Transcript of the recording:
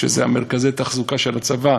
שזה מרכזי התחזוקה של הצבא,